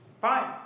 Fine